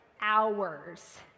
hours